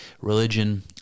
religion